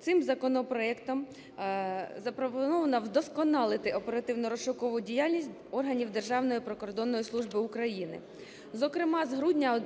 Цим законопроектом запропоновано вдосконалити оперативно-розшукову діяльність органів Державної прикордонної служби України. Зокрема, з грудня